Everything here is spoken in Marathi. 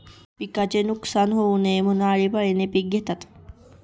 पिकाचे नुकसान होऊ नये म्हणून, आळीपाळीने पिक घेतात